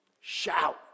Shout